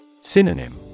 Synonym